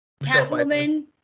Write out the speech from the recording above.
Catwoman